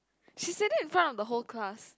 she said it in front of the whole class